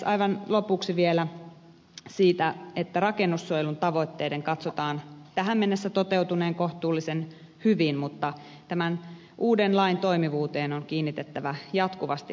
aivan lopuksi vielä siitä että rakennussuojelun tavoitteiden katsotaan tähän mennessä toteutuneen kohtuullisen hyvin mutta tämän uuden lain toimivuuteen on kiinnitettävä jatkuvasti huomiota